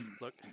Look